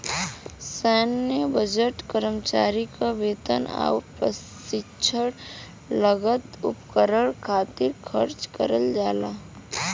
सैन्य बजट कर्मचारी क वेतन आउर प्रशिक्षण लागत उपकरण खातिर खर्च करल जाला